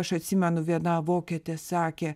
aš atsimenu viena vokietė sakė